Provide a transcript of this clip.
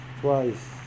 twice